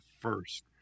first